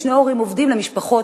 שני הורים עובדים במשפחה,